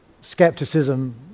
Skepticism